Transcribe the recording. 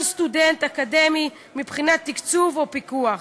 סטודנט אקדמי מבחינת תקצוב או פיקוח.